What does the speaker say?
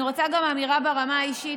אני רוצה גם אמירה ברמה האישית.